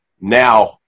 now